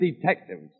detectives